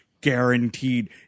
Guaranteed